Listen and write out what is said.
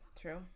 true